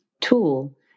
tool